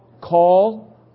call